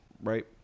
right